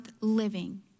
living